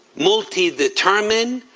multi-determined,